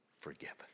forgiven